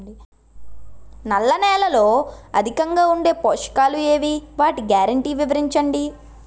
నల్ల నేలలో అధికంగా ఉండే పోషకాలు ఏవి? వాటి గ్యారంటీ వివరించండి?